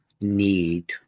need